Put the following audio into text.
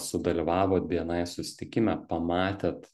sudalyvavot bni susitikime pamatėt